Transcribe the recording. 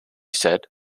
said